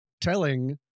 telling